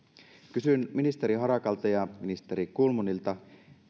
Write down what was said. kysyn ministeri harakalta ja ministeri kulmunilta